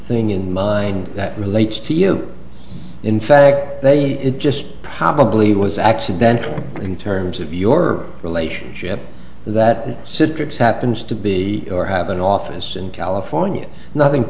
thing in mind that relates to you in fact they just probably was accidental in terms of your relationship that citrix happens to be or have an office in california nothing